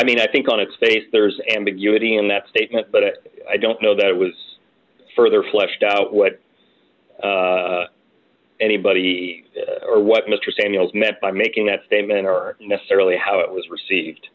mean i think on its face there's ambiguity in that statement but i don't know that it was further fleshed out what anybody or what mr daniels met by making that statement or necessarily how it was received